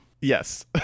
Yes